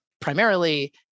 primarily